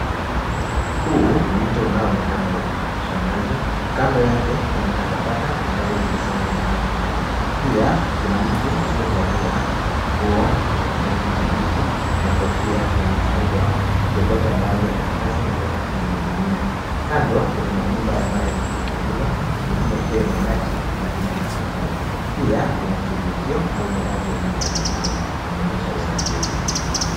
Huu ni mto unaoonekana ukipitisha maji. Kando yake kuna takataka ambazo zimesanywa mahali pale. Pia kuna mtu aliyevalia nguo ya kijani kibichi na kofia ya machungwa akiokota baadhi ya karatasi na kuweka kwenye gunia. Kando kuna majumba ambayo yametengenezwa mengine yakiwa ya mabati na mengine ya matofali. Pia kuna kivukio au daraja inayoonekana kuonyesha usafiri.